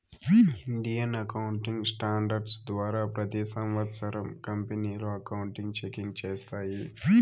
Indian accounting standards ద్వారా ప్రతి సంవత్సరం కంపెనీలు అకౌంట్ చెకింగ్ చేస్తాయి